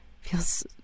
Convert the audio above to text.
feels